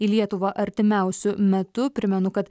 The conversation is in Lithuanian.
į lietuvą artimiausiu metu primenu kad